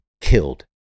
killed